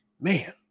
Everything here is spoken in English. Man